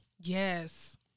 Yes